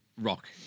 rock